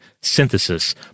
synthesis